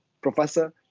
professor